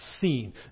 seen